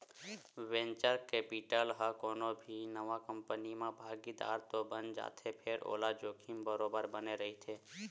venture capital ह कोनो भी नवा कंपनी म भागीदार तो बन जाथे फेर ओला जोखिम बरोबर बने रहिथे